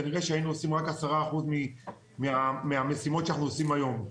כנראה שהיינו עושים רק 10% מהמשימות שאנחנו עושים היום.